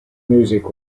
music